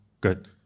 good